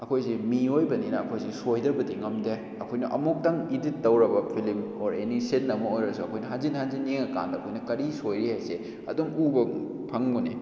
ꯑꯩꯈꯣꯏꯁꯦ ꯃꯤꯑꯣꯏꯕꯅꯤꯅ ꯑꯩꯈꯣꯏꯁꯤ ꯁꯣꯏꯗꯕꯗꯤ ꯉꯝꯗꯦ ꯑꯩꯈꯣꯏꯅ ꯑꯃꯨꯛꯇꯪ ꯏꯗꯤꯠ ꯇꯧꯔꯕ ꯐꯤꯂꯝ ꯑꯣꯔ ꯑꯦꯅꯤ ꯁꯤꯟ ꯑꯃ ꯑꯣꯏꯔꯁꯨ ꯑꯩꯈꯣꯏꯅ ꯍꯟꯖꯤꯟ ꯍꯟꯖꯤꯟ ꯌꯦꯡꯉ ꯀꯥꯟꯗ ꯑꯩꯈꯣꯏꯅ ꯀꯔꯤ ꯁꯣꯏꯔꯤ ꯍꯥꯏꯕꯁꯦ ꯑꯗꯨꯝ ꯎꯕ ꯐꯪꯕꯅꯦ